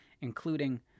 including